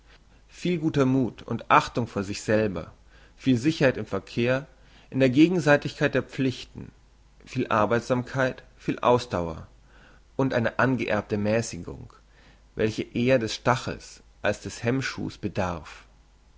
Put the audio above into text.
viel guther muth und achtung vor sich selber viel sicherheit im verkehr in der gegenseitigkeit der pflichten viel arbeitsamkeit viel ausdauer und eine angeerbte mässigung welche eher des stachels als des hemmschuhs bedarf